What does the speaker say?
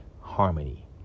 harmony